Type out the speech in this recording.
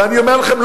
ואני אומר לכם,